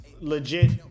legit